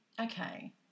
okay